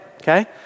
okay